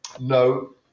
No